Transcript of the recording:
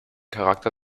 charaktere